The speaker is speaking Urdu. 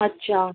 اچھا